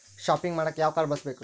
Shopping ಮಾಡಾಕ ಯಾವ card ಬಳಸಬೇಕು?